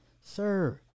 sir